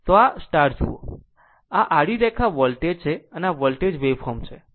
હવે જો આ જુઓ કે આ આ આડી રેખા વોલ્ટેજ છે આ વોલ્ટેજ વેવફોર્મ છે